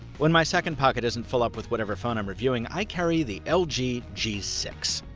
when my second pocket isn't full up with whatever phone i'm reviewing, i carry the lg g g six.